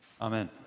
Amen